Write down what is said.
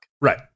right